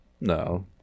No